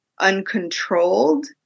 uncontrolled